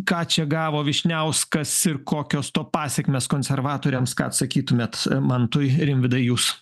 ką čia gavo vyšniauskas ir kokios to pasekmės konservatoriams ką atsakytumėt mantui rimvydai jūs